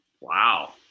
Wow